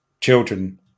children